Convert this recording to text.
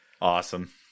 Awesome